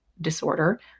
disorder